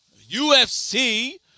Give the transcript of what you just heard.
UFC